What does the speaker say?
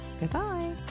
Goodbye